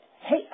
hey